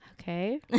Okay